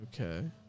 Okay